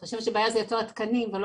אני חושבת שהבעיה זה יותר התקנים ולא